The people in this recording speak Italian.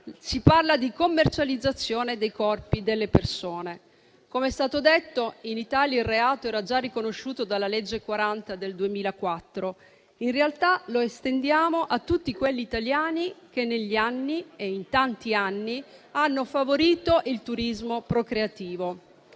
Si parla di commercializzazione dei corpi delle persone. Com'è stato detto, in Italia il reato era già riconosciuto dalla legge n. 40 del 2004. In realtà lo estendiamo a tutti quegli italiani che negli anni - e in tanti anni - hanno favorito il turismo procreativo.